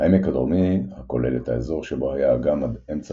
העמק הדרומי הכולל את האזור שבו היה האגם עד אמצע